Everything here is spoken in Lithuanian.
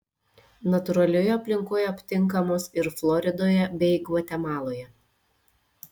natūralioje aplinkoje aptinkamos ir floridoje bei gvatemaloje